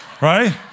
Right